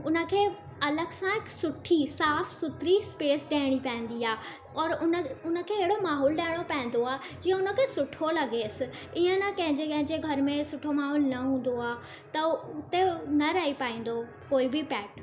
उन खे अलॻि सां हिकु सुठी साफ़ु सुथरी स्पेस ॾियणी पवंदी आहे और उन उन खे अहिड़ो माहौल ॾियणो पवंदो आहे जीअं उन खे सुठो लॻेसि इअं न कंहिंजे कंहिंजे घर में सुठो माहौल न हूंदो आहे त उते न रही पाईंदो कोई बि पैट